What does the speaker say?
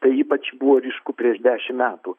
tai ypač buvo ryšku prieš dešim metų